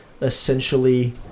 essentially